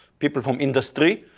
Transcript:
people from industry.